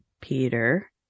Peter